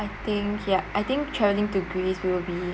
I think yup I think travelling to greece we will be